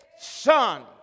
son